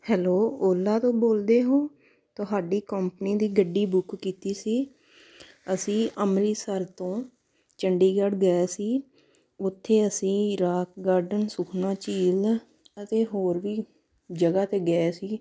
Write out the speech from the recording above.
hello Ola ਤੋਂ ਬੋਲਦੇ ਹੋ ਤੁਹਾਡੀ ਕੰਪਨੀ ਦੀ ਗੱਡੀ ਬੁੱਕ ਕੀਤੀ ਸੀ ਅਸੀਂ ਅੰਮ੍ਰਿਤਸਰ ਤੋਂ ਚੰਡੀਗੜ੍ਹ ਗਏ ਸੀ ਉੱਥੇ ਅਸੀਂ ਰਾਕ ਗਾਰਡਨ ਸੁਖਨਾ ਝੀਲ ਅਤੇ ਹੋਰ ਵੀ ਜਗ੍ਹਾ 'ਤੇ ਗਏ ਸੀ